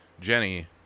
Jenny